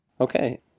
Okay